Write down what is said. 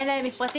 אין להם מפרטים,